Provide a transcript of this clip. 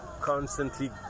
constantly